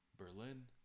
Berlin